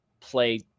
play